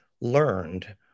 learned